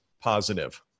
positive